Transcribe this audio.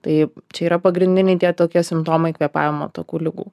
tai čia yra pagrindiniai tie tokie simptomai kvėpavimo takų ligų